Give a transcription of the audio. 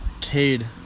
Cade